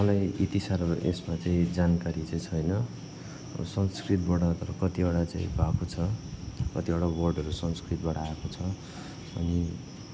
मलाई यति साह्रो यसमा चाहिँ जानकारी चाहिँ छैन संस्कृतबाट अब कतिवटा चाहिँ भएको छ कतिवटा वर्डहरू संस्कृतबाट आएको छ अनि